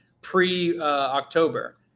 pre-October